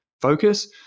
focus